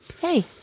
Hey